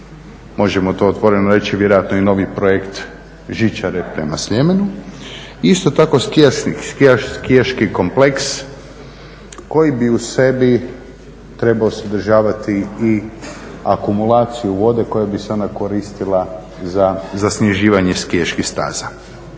možemo to otvoreno reći vjerojatno i novi projekt žičare prema Sljemenu, isto tako skijaški kompleks koji bi u sebi trebao sadržavati i akumulaciju vode koja bi se onda koristila za zasnježivanje skijaških staza.